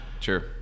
Sure